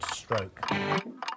stroke